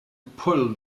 pull